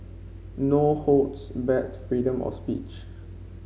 no holds barred freedom of speech